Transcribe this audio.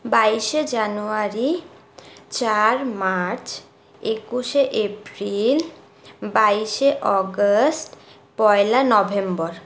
বাইশে জানুয়ারী চার মার্চ একুশে এপ্রিল বাইশে অগাস্ট পয়লা নভেম্বর